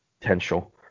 potential